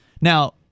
Now